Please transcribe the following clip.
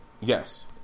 Yes